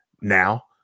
now